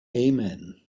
amen